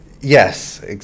Yes